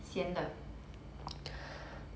咸的